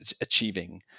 achieving